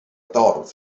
dorf